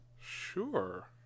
Sure